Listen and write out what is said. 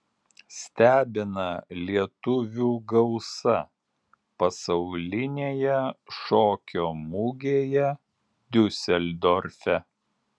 stebina lietuvių gausa pasaulinėje šokio mugėje diuseldorfe